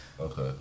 Okay